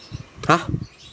ha